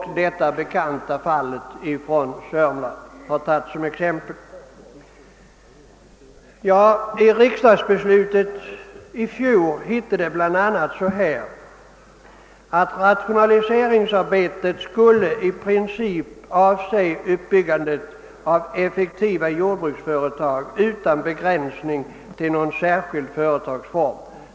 Det bekanta fallet från Sörmland har tagits som exempel. I riksdagsbeslutet i fjol hette det bl.a. att rationaliseringsarbetet i princip skulle avse uppbyggandet av effektiva jordbruksföretag utan <begränsning till någon särskild företagsform.